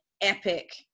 epic